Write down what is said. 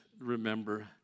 remember